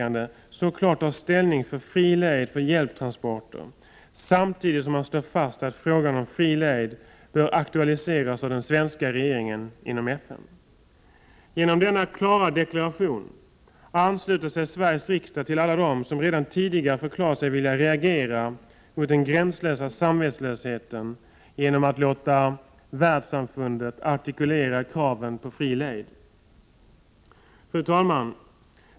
1988/89:30 klart tar ställning för fri lejd för hjälptransporter samtidigt som man slår fast 23 november 1988 att frågan om fri lejd bör aktualiseras av den svenska regeringen inom FNs = dy od ooonooonm Genom denna klara deklaration ansluter sig Sveriges riksdag till alla dem som redan tidigare förklarat sig vilja reagera mot den gränslösa samvetslösheten genom att låta världssamfundet artikulera kraven på fri lejd. Fru talman!